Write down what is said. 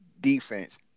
defense